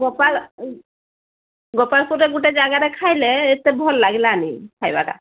ଗୋପାଳ ଗୋପାଳପୁରରେ ଗୋଟିଏ ଜାଗାରେ ଖାଇଲେ ଏତେ ଭଲ ଲାଗିଲାନି ଖାଇବାଟା